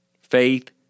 Faith